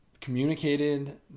communicated